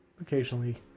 occasionally